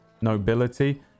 nobility